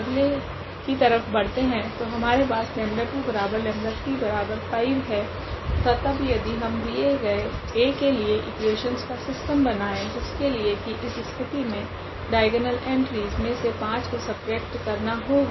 अगले की तरफ बढ़ते है तो हमारे पास 𝜆2𝜆35 है तथा तब यदि हम दिये गए A के लिए इकुवेशनस का सिस्टम बनाए जिसके लिए की इस स्थिति मे डाइगोनल एंट्रीस मे से 5 को सबट्रेक्ट करना होगा